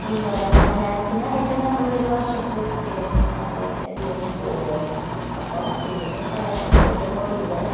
വിനോദ സഞ്ചാരത്തിനായിട്ട് നമ്മൾ ഒരു വർഷത്തിൽ ഒരിക്കലെങ്കിലും നമ്മൾ എല്ലാവരും പോവുമല്ലോ അപ്പോൾ വിവിധ സ്ഥലങ്ങളിൽ ചെല്ലുമ്പോൾ വിവിധ